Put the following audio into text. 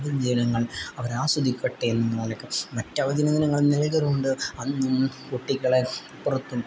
അവധിദിനങ്ങൾ അവരാസ്വദിക്കട്ടെ എന്ന നിലക്ക് മറ്റവധിദിനങ്ങൾ നൽകാറുണ്ട് അന്നും കുട്ടികളെ പുറത്തും